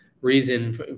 reason